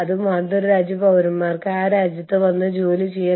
ഇപ്പോൾ ക്യാമറക്ക് സൂം ചെയ്യാൻ പറ്റുമെങ്കിൽ ദയവായി ഈ ഡയഗ്രം അൽപ്പം സൂം ചെയ്യാമോ